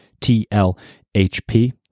TLHP